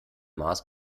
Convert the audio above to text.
mars